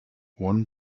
one